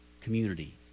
community